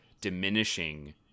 diminishing